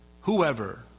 Whoever